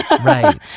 Right